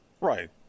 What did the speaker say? Right